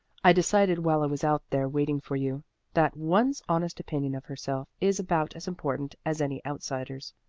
i decided while i was out there waiting for you that one's honest opinion of herself is about as important as any outsider's.